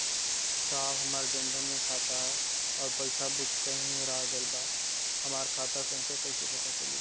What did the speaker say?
साहब हमार जन धन मे खाता ह अउर पास बुक कहीं हेरा गईल बा हमार खाता संख्या कईसे पता चली?